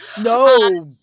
no